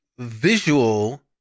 visual